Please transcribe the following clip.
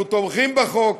אנחנו תומכים בחוק,